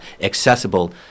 accessible